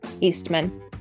Eastman